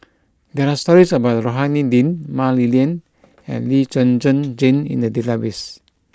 there are stories about Rohani Din Mah Li Lian and Lee Zhen Zhen Jane in the database